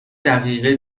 دقیقه